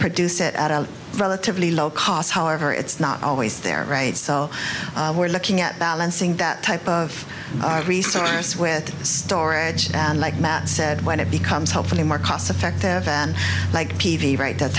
produce it at a relatively low cost however it's not always there right so we're looking at balancing that type of resource with storage and like matt said when it becomes hopefully more cost effective and like p v right that